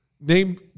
name